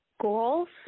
goals